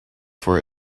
for